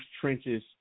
trenches